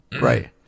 right